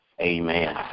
Amen